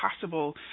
possible